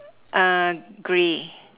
uh grey